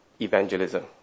evangelism